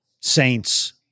saints